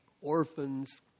orphans